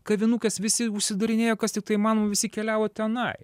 kavinukės visi užsidarinėjo kas tiktai įmanoma visi keliavo tenai